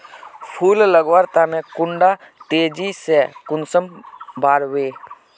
फुल लगवार तने कुंडा तेजी से कुंसम बार वे?